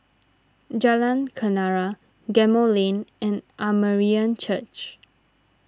Jalan Kenarah Gemmill Lane and Armenian Church